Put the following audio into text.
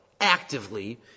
actively